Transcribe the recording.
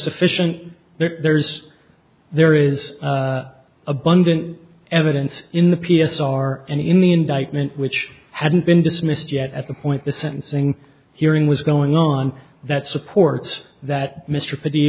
sufficient there's there is abundant evidence in the p s r and in the indictment which hadn't been dismissed yet at the point the sentencing hearing was going on that supports that mr